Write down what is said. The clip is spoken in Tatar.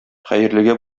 хәерлегә